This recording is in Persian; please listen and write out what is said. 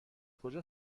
کجا